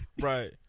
Right